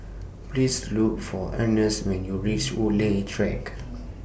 Please Look For Ernest when YOU REACH Woodleigh Track